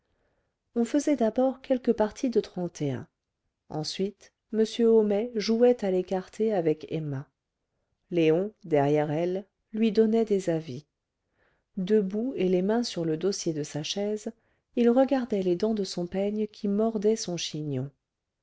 on faisait d'abord quelques parties de trente et un ensuite m hornais jouait à l'écarté avec emma léon derrière elle lui donnait des avis debout et les mains sur le dossier de sa chaise il regardait les dents de son peigne qui mordaient son chignon